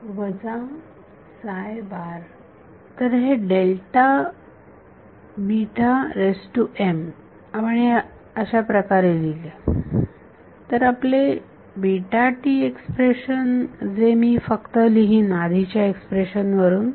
विद्यार्थी वजा साय बार तर हे आपण हे अशा प्रकारे लिहिले तर आपले एक्सप्रेशन जे मी फक्त लिहीन आधीच्या एक्सप्रेशन वरून